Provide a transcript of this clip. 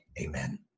amen